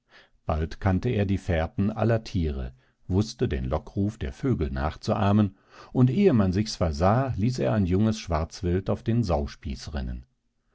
bald kannte er die fährten aller tiere wußte den lockruf der vögel nachzuahmen und ehe man sich's versah ließ er ein junges schwarzwild auf den sauspieß rennen